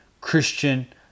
Christian